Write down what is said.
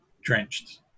drenched